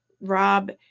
Rob